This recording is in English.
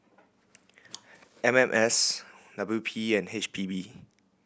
M M S W P and H P B